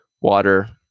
water